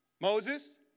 Moses